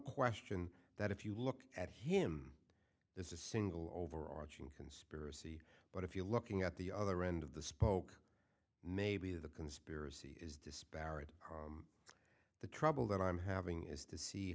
question that if you look at him this is a single overarching conspiracy but if you're looking at the other end of the spoke maybe the conspiracy is disparate the trouble that i'm having is to see